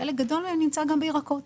וחלק גדול מהם נמצא גם בירקות.